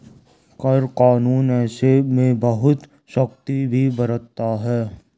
कर कानून ऐसे में बहुत सख्ती भी बरतता है